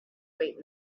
wait